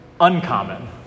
uncommon